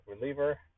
reliever